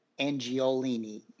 Angiolini